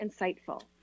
insightful